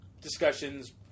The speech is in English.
discussions